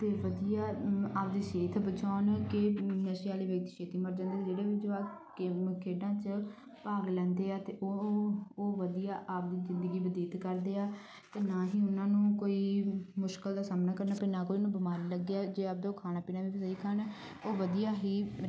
ਅਤੇ ਵਧੀਆ ਆਪਣੀ ਸਿਹਤ ਬਚਾਉਣ ਕੇ ਨਸ਼ੇ ਵਾਲੇ ਵਿੱਚ ਛੇਤੀ ਮਰ ਜਾਂਦੇ ਜਿਹੜੇ ਵੀ ਜਵਾਕ ਗੇਮ ਨੂੰ ਖੇਡਾਂ 'ਚ ਭਾਗ ਲੈਂਦੇ ਆ ਤਾਂ ਉਹ ਉਹ ਵਧੀਆ ਆਪਣੀ ਜ਼ਿੰਦਗੀ ਬਤੀਤ ਕਰਦੇ ਆ ਅਤੇ ਨਾ ਹੀ ਉਹਨਾਂ ਨੂੰ ਕੋਈ ਮੁਸ਼ਕਿਲ ਦਾ ਸਾਹਮਣਾ ਕਰਨਾ ਪੈਂਦਾ ਨਾ ਕੋਈ ਉਹਨਾਂ ਨੂੰ ਬਿਮਾਰੀ ਲੱਗਿਆ ਜੇ ਆਪਣੇ ਉਹ ਖਾਣਾ ਪੀਣਾ ਵੀ ਸਹੀ ਖਾਣ ਉਹ ਵਧੀਆ ਹੀ ਰਹਿ